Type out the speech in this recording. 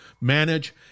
manage